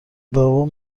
بابام